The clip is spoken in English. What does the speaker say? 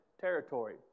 territory